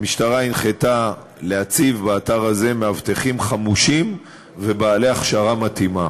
המשטרה הנחתה להציב באתר הזה מאבטחים חמושים ובעלי הכשרה מתאימה.